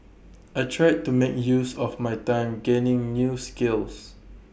I tried to make use of my time gaining new skills